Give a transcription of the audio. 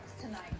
tonight